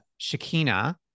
Shakina